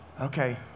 okay